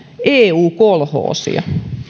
eu kolhoosia